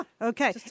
Okay